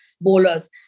bowlers